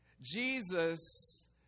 Jesus